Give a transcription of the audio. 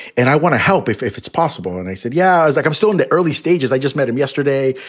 and i want to help if if it's possible. and i said, yeah, it's like i'm still in the early stages. i just met him yesterday.